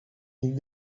ils